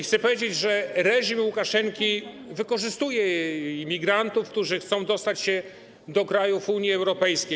Chcę powiedzieć, że reżim Łukaszenki wykorzystuje imigrantów, którzy chcą dostać się do krajów Unii Europejskiej.